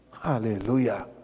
Hallelujah